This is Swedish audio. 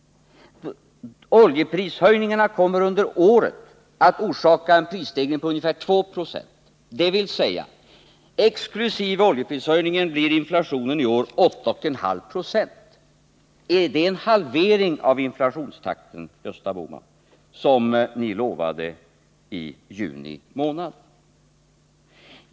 Oljeprishöjningarna kommer under året att orsaka en prisstegring på ungefär 2 96. Exkl. oljeprishöjningarna blir alltså inflationen i år 8,5 96. Är det en halvering av inflationstakten, Gösta Bohman, som ni lovade i juni månad?